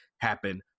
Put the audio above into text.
happen